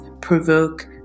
provoke